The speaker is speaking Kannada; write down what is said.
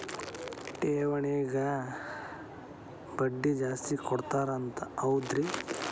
ಠೇವಣಿಗ ಬಡ್ಡಿ ಜಾಸ್ತಿ ಕೊಡ್ತಾರಂತ ಹೌದ್ರಿ?